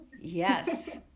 Yes